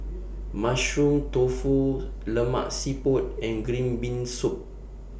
Mushroom Tofu Lemak Siput and Green Bean Soup